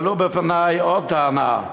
והעלו בפני עוד טענה,